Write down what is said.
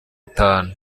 itanu